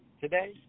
today